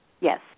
Yes